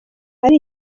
ari